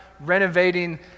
renovating